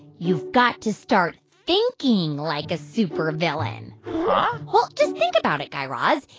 you've got to start thinking like a supervillain huh? well, just think about it, guy raz.